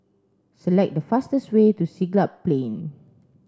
select the fastest way to Siglap Plain